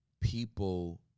people